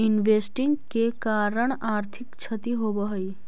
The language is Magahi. इन्वेस्टिंग के कारण आर्थिक क्षति होवऽ हई